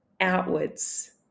outwards